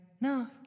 No